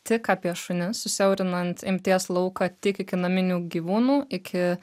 tik apie šunis susiaurinant imties lauką tik iki naminių gyvūnų iki